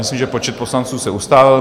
Myslím, že počet poslanců se ustálil.